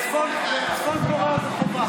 בצפון קוריאה זה חובה.